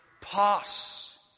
pass